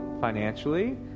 financially